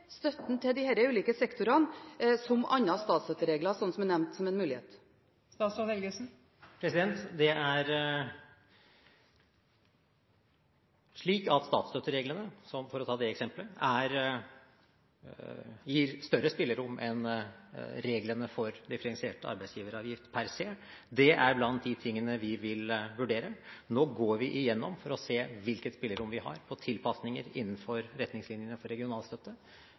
støtten til de ulike sektorene som andre statsstøtteregler, som er nevnt som en mulighet? Det er slik at statsstøttereglene, for å ta det eksemplet, gir større spillerom enn reglene for differensiert arbeidsgiveravgift per se. Det er blant de tingene vi vil vurdere. Nå går vi igjennom og ser på hvilket spillerom vi har på tilpasninger innenfor retningslinjene for